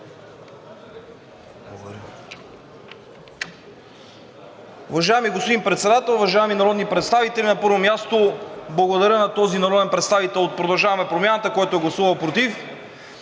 Уважаеми господин Председател, уважаеми народни представители! На първо място, благодаря на този народен представител от „Продължаваме Промяната“, който е гласувал против“.